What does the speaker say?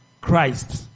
Christ